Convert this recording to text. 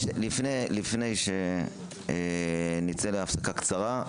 לפני שנצא להפסקה קצרה,